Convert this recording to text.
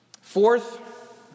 Fourth